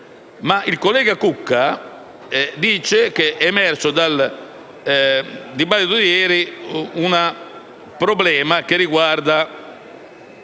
il collega Cucca dice che è emerso dal dibattito di ieri un problema che riguarda